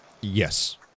Yes